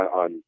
on